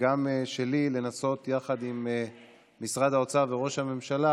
וגם שלי לנסות, יחד עם משרד האוצר וראש הממשלה,